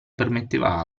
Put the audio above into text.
permetteva